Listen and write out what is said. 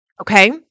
Okay